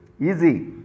easy